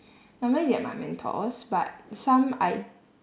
normally they are my mentors but some I